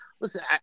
listen